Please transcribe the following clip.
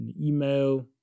email